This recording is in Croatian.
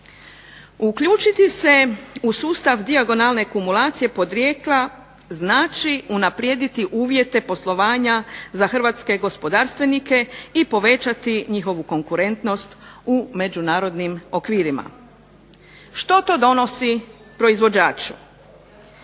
Uključiti se u sustav dijagonalne kumulacije podrijetla znači unaprijediti uvjete poslovanja za hrvatske gospodarstvenike i povećati njihovu konkurentnost u međunarodnim okvirima. Što to donosi proizvođaču?